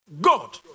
God